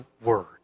word